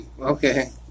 Okay